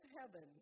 heaven